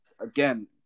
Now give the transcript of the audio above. again